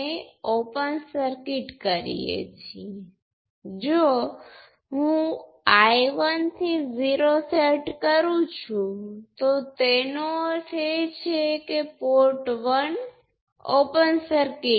આપણી પાસે પોર્ટ પર સિરિઝ બદ્ધ શાખાઓ છે પોર્ટપર બે પેરેલલ શાખાઓ છે